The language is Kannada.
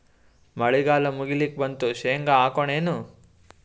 ಮಳಿಗಾಲ ಮುಗಿಲಿಕ್ ಬಂತು, ಶೇಂಗಾ ಹಾಕೋಣ ಏನು?